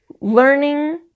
learning